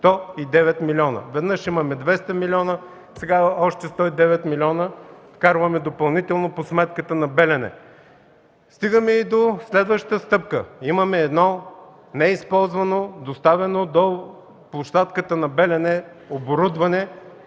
милиона – веднъж имаме 200 милиона, сега още 109 милиона вкарваме допълнително по сметката на „Белене”! Стигаме и до следващата стъпка. Имаме едно неизползвано оборудване, доставено до площадката на „Белене”, което трябваше